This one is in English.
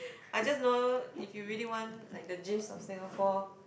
I just know if you really want like the gist of Singapore